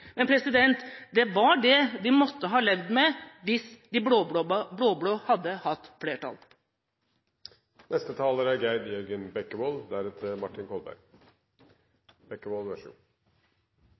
Men det var det vi måtte ha levd med hvis de blå-blå hadde hatt